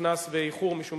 נכנס באיחור, משום